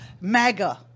MAGA